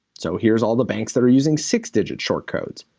so here's all the banks that are using six-digit short codes.